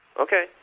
okay